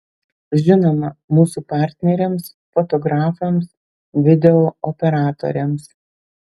žinoma mūsų partneriams fotografams video operatoriams